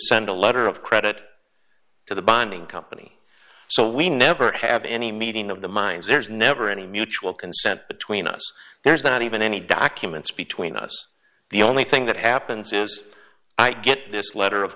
send a letter of credit to the binding company so we never have any meeting of the minds there's never any mutual consent between us there's not even any documents between us the only thing that happens is i get this letter of